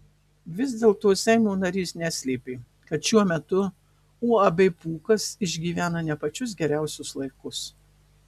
vis dėlto seimo narys neslėpė kad šiuo metu uab pūkas išgyvena ne pačius geriausius laikus